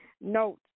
Note